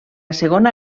segona